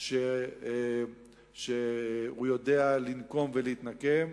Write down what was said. שהוא יודע לנקום ולהתנקם,